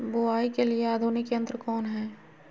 बुवाई के लिए आधुनिक यंत्र कौन हैय?